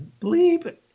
bleep